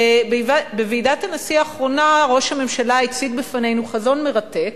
ובוועידת הנשיא האחרונה ראש הממשלה הציג בפנינו חזון מרתק,